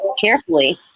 carefully